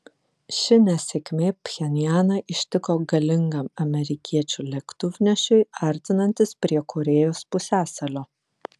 ši nesėkmė pchenjaną ištiko galingam amerikiečių lėktuvnešiui artinantis prie korėjos pusiasalio